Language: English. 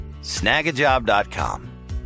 Snagajob.com